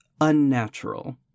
unnatural